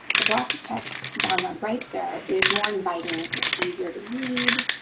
the block of text on the right there is more inviting. it's easier to read.